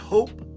Hope